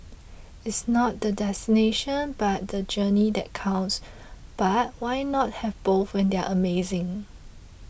it's not the destination but the journey that counts but why not have both when they're amazing